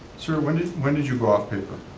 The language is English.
sir, when did when did you go off paper?